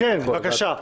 נעבור להצבעה.